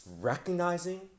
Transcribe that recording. recognizing